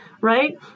right